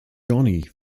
johnny